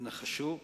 תנחשו,